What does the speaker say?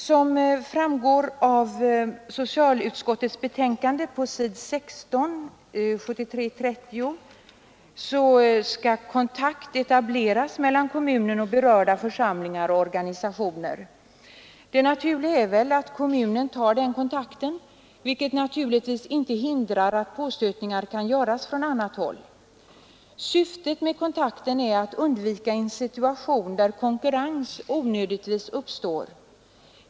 Som framgår på s. 16 i socialutskottets betänkande nr 30 år 1973 skall kontakt etableras mellan kommunen och berörda församlingar och organisationer. Det naturliga är väl att kommunen tar den kontakten, vilket givetvis inte hindrar att påstötningar kan göras från annat håll. Syftet med kontakten är att undvika en situation där konkurrens onödigtvis uppstår.